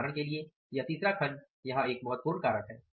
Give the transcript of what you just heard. उदाहरण के लिए यह तीसरा खण्ड यहां एक महत्वपूर्ण कारक है